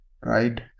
right